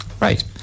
Right